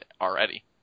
already